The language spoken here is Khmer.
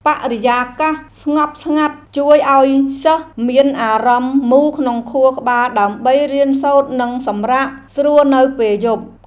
បរិយាកាសស្ងប់ស្ងាត់ជួយឱ្យសិស្សមានអារម្មណ៍មូលក្នុងខួរក្បាលដើម្បីរៀនសូត្រនិងសម្រាកស្រួលនៅពេលយប់។